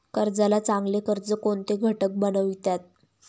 कर्जाला चांगले कर्ज कोणते घटक बनवितात?